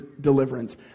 deliverance